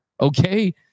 Okay